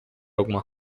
alguma